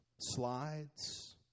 slides